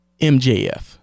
MJF